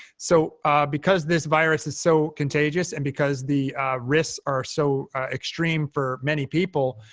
so because this virus is so contagious, and because the risks are so extreme for many people,